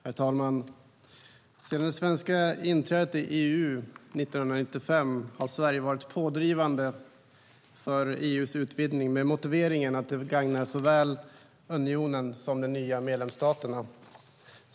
Herr talman! Sedan det svenska inträdet i EU 1995 har Sverige varit pådrivande för EU:s utvidgning med motiveringen att den gagnar såväl unionen som de nya medlemsstaterna.